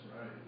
right